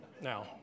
Now